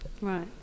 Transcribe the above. Right